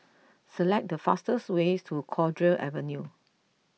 select the fastest way to Cowdray Avenue